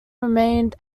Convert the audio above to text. remained